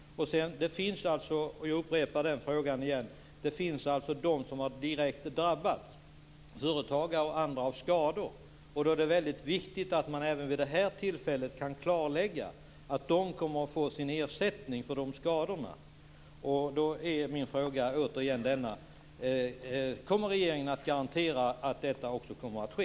Jag vill upprepa min fråga. Det finns företagare och andra som direkt har drabbats av skador. Det är väldigt viktigt att man vid det här tillfället kan klarlägga att de kommer att få sin ersättning för de skadorna. Min fråga är återigen följande: Kommer regeringen att garantera att detta också kommer att ske?